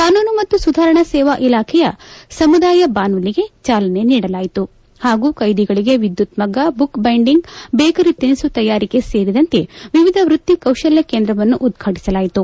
ಕಾನೂನು ಮತ್ತು ಸುಧಾರಣಾ ಸೇವಾ ಇಲಾಖೆಯ ಸಮುದಾಯ ಬಾನುಲಿಗೆ ಚಾಲನೆ ನೀಡಲಾಯಿತು ಹಾಗೂ ಕೈದಿಗಳಿಗೆ ವಿದ್ದುತ್ ಮಗ್ನ ಬುಕ್ ಬೈಂಡಿಂಗ್ ಬೇಕರಿ ತಿನಿಸು ತಯಾರಿಕೆ ಸೇರಿದಂತೆ ವಿವಿಧ ವೃತ್ತಿ ಕೌಶಲ್ಯ ಕೇಂದ್ರವನ್ನು ಉದ್ಘಾಟಿಸಲಾಯಿತು